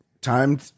time